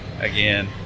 Again